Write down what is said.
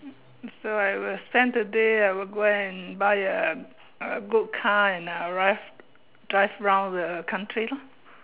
so I will spend today I will go and buy a a good car and I'll drive drive round the country lor